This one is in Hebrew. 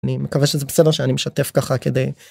אני מקווה שזה בסדר שאני משתף ככה כדי.